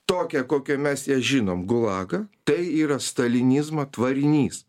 tokią kokią mes ją žinom gulagą tai yra stalinizma tvarinys